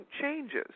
changes